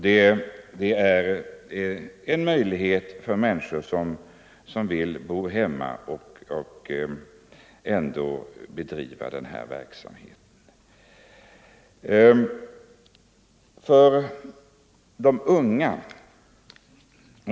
Det bör finnas en möjlighet för människorna som vill bo hemma och ändå bedriva denna verksamhet.